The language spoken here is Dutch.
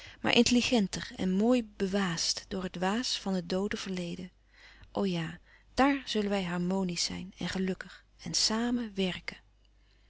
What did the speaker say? maar intelligenter en mooi bewaasd door het waas van het doode verleden o ja daar zullen wij harmoniesch zijn en gelukkig en samen werken